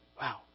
Wow